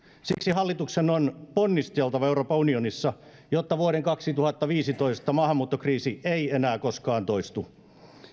siksi hallituksen on ponnisteltava euroopan unionissa jotta vuoden kaksituhattaviisitoista maahanmuuttokriisi ei enää koskaan toistu